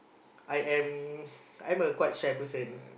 I am I'm a quite shy person